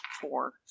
Four